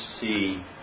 see